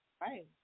Right